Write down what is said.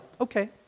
okay